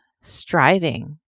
striving